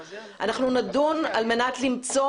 אנחנו נדון על מנת למצוא